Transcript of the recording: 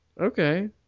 okay